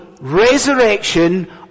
resurrection